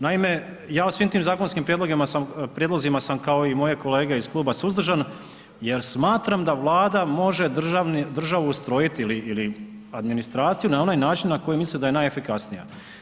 Naime, ja u svim tim zakonskim prijedlozima sam kao i moje kolege iz kluba suzdržan, jer smatram da vlada može državu ustrojiti ili administraciju na onaj način na koji misli da je najefikasnija.